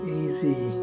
easy